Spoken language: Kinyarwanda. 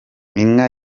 inka